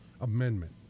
amendment